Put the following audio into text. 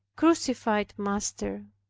crucified master.